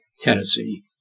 Tennessee